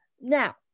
Now